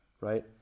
right